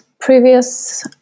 previous